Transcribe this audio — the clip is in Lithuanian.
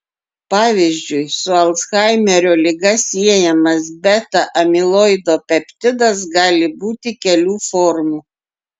pavyzdžiui su alzhaimerio liga siejamas beta amiloido peptidas gali būti kelių formų